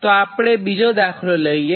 તો આપણે બીજો દાખલો લઇએ